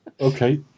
Okay